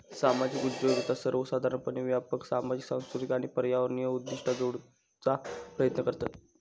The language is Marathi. सामाजिक उद्योजकता सर्वोसाधारणपणे व्यापक सामाजिक, सांस्कृतिक आणि पर्यावरणीय उद्दिष्टा जोडूचा प्रयत्न करतत